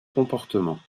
comportement